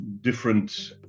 different